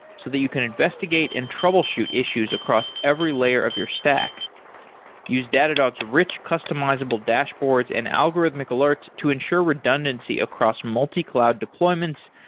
so that you can investigate and troubleshoot issues across every layer of your stack use datadog's rich customizable dashboards and algorithmic alerts to ensure redundancy across multi-cloud deployments,